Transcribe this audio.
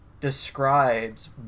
describes